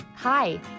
Hi